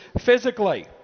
physically